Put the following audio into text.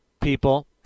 people